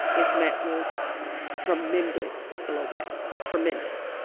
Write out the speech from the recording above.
it's met with tremendous blowback tremendous.